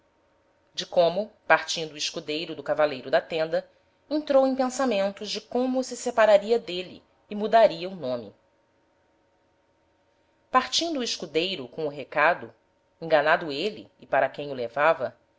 de como partido o escudeiro do cavaleiro da tenda entrou em pensamentos de como se separaria d'êle e mudaria o nome partindo o escudeiro com o recado